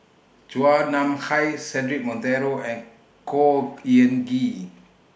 Chua Nam Hai Cedric Monteiro and Khor Ean Ghee